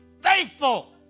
faithful